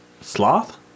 Sloth